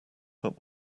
but